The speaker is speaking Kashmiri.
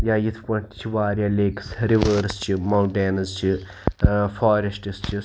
یا یِتھ پٲٹھۍ تہِ چھِ واریاہ لیٚکٕس رِوٲرٕس چھِ مونٛٹینٕز چھِ ٲں فاریٚسٹٕس چھِ